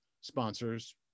sponsors